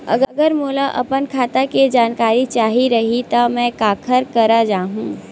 अगर मोला अपन खाता के जानकारी चाही रहि त मैं काखर करा जाहु?